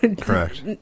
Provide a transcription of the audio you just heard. correct